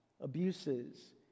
abuses